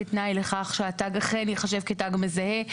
כתנאי לכך שהתג אכן ייחשב כתג מזהה.